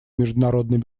международной